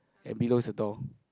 and below the door